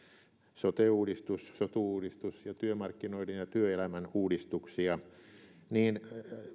sote uudistus sotu uudistus ja työmarkkinoiden ja työelämän uudistuksia niin